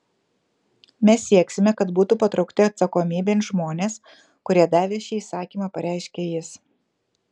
mes sieksime kad būtų patraukti atsakomybėn žmonės kurie davė šį įsakymą pareiškė jis